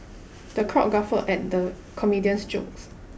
the crowd guffawed at the comedian's jokes